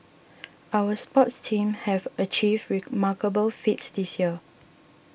our sports teams have achieved remarkable feats this year